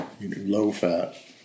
low-fat